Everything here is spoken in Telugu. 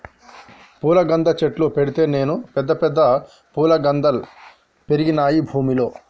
పుల్లగంద చెట్టు పెడితే నేను పెద్ద పెద్ద ఫుల్లగందల్ పెరిగినాయి భూమిలో